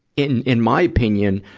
in, in my opinion,